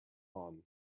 lawn